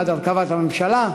עד הרכבת הממשלה.